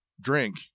drink